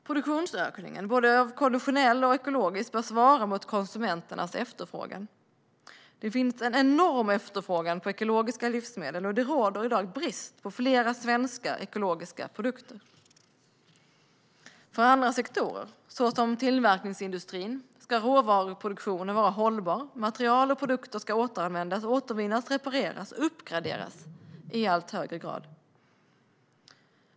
Produktionsökningen, både konventionell och ekologisk, bör svara mot konsumenternas efterfrågan. Det finns en enorm efterfrågan på ekologiska livsmedel, och det råder i dag brist på flera svenska ekologiska produkter. För andra sektorer, såsom tillverkningsindustrin, ska råvaruproduktionen vara hållbar. Vidare ska material och produkter återanvändas, återvinnas, repareras och uppgraderas i allt högre grad.